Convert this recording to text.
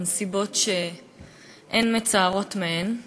בנסיבות שאין מצערות מהן.